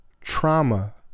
trauma